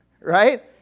Right